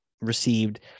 received